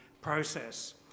process